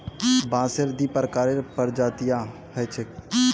बांसेर दी प्रकारेर प्रजातियां ह छेक